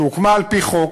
שהוקמה על-פי חוק,